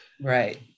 Right